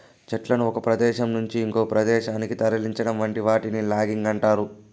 చెట్లను ఒక ప్రదేశం నుంచి ఇంకొక ప్రదేశానికి తరలించటం వంటి వాటిని లాగింగ్ అంటారు